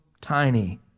tiny